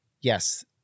yes